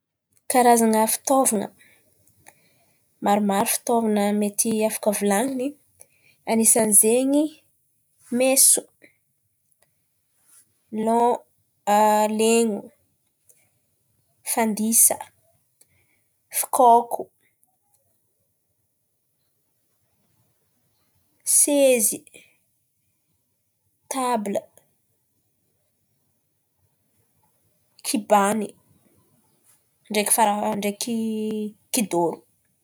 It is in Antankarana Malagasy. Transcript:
Karazan̈a fitaovan̈a, maromaro fitaovan̈a mety afaka volan̈iny anisan'zen̈y: meso, lon- len̈o, fandisa, fikôko, sezy, tabla, kibano, ndraiky fara- ndraiky kidôro.